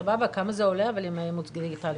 סבבה, אבל כמה זה עולה, ימי האימוץ הדיגיטליים.